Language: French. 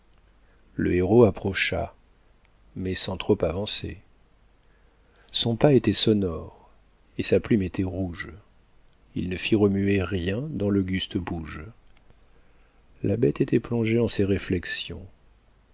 le héros approcha mais sans trop avancer son pas était sonore et sa plume était rouge il ne fit remuer rien dans l'auguste bouge la bête était plongée en ses réflexions